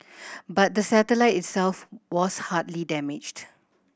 but the satellite itself was hardly damaged